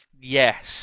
yes